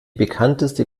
bekannteste